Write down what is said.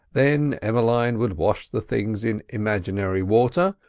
then emmeline would wash the things in imaginary water,